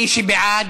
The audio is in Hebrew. מי שבעד,